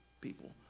people